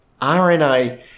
RNA